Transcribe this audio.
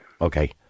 Okay